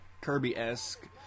Kirby-esque